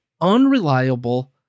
unreliable